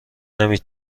نمی